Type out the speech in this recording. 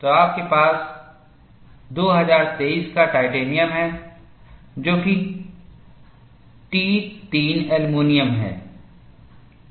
तो आपके पास 2023 का टाइटेनियम है जो कि T3 एल्यूमीनियम है